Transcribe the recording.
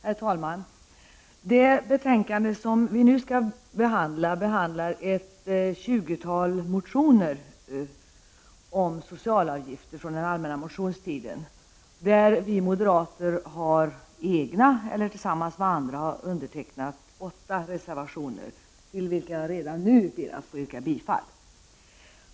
Herr talman! Det betänkande vi nu skall diskutera behandlar ett 20-tal motioner från den allmänna motionstiden om socialavgifter. Vi moderater har ensamma eller tillsammans med andra undertecknat åtta reservationer som jag redan nu ber att få yrka bifall till.